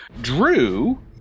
Drew